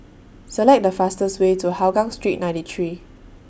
Select The fastest Way to Hougang Street ninety three